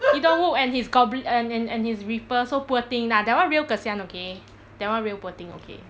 lee dong wook and gobl~ and and his reaper so poor thing lah that [one] real kesian okay that [one] real poor thing okay